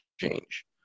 change